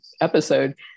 episode